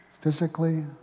physically